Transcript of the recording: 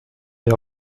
des